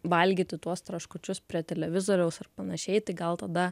valgyti tuos traškučius prie televizoriaus ar panašiai tai gal tada